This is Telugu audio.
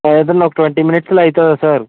ఏదైనా ఒక ట్వంటీ మినిట్స్లో అయితుందా సార్